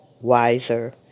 wiser